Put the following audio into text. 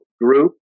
group